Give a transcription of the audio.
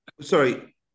Sorry